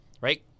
right